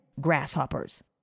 grasshoppers